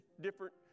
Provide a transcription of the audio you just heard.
different